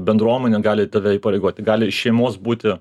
bendruomenė gali tave įpareigoti gali iš šeimos būti